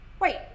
wait